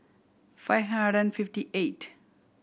five hundred and fifty eight